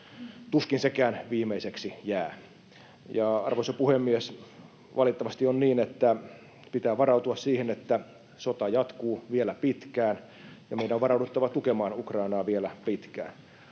Tuskin sekään viimeiseksi jää. Arvoisa puhemies! Valitettavasti on niin, että pitää varautua siihen, että sota jatkuu vielä pitkään, ja meidän on varauduttava tukemaan Ukrainaa vielä pitkään.